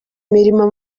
mirimo